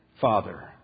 Father